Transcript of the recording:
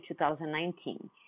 2019